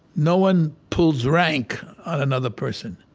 no one pulls rank on another person.